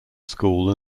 school